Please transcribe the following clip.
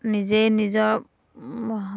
নিজেই নিজৰ